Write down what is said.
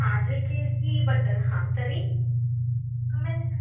ಹಾಂ three KG butter ಹಾಂ ಸರಿ ಆಮೇಲೆ